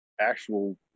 actual